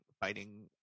fighting